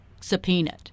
subpoenaed